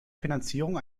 finanzierung